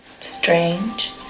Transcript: strange